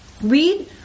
Read